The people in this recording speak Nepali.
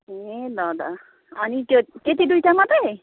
ए ल ल अनि त्यो त्यति दुईवटा मात्रै